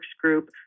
group